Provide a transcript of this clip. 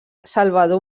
salvador